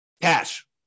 Cash